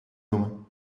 noemen